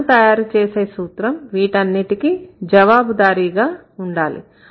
మనము తయారు చేసే సూత్రం వీటన్నిటికీ జవాబుదారీగా ఉండాలి